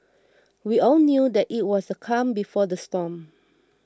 we all knew that it was the calm before the storm